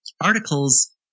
articles